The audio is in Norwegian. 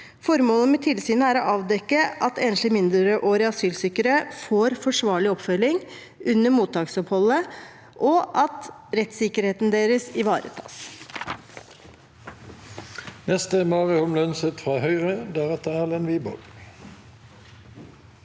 Formålet med tilsynet er å avdekke at enslige mindreårige asylsøkere får forsvarlig oppfølging under mottaksoppholdet, og at rettssikkerheten deres ivaretas.